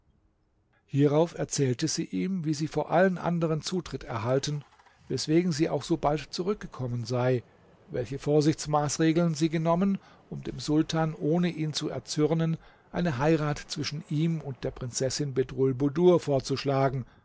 hierauf erzählte sie ihm wie sie vor allen anderen zutritt erhalten weswegen sie auch so bald zurückgekommen sei welche vorsichtsmaßregeln sie genommen um dem sultan ohne ihn zu erzürnen eine heirat zwischen ihm und der prinzessin bedrulbudur vorzuschlagen